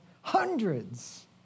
Hundreds